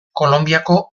kolonbiako